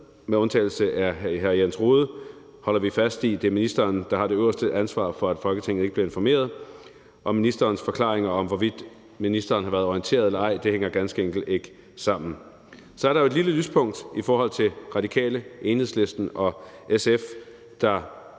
med undtagelse af hr. Jens Rohde, holder vi fast i, at det er ministeren, der har det øverste ansvar for, at Folketinget ikke blev informeret, og ministerens forklaringer om, hvorvidt ministeren har været orienteret eller ej, hænger ganske enkelt ikke sammen. Så er der et lille lyspunkt i forhold til De Radikale, Enhedslisten og SF, der